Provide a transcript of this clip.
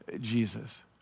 Jesus